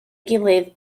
gilydd